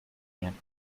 nine